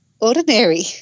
ordinary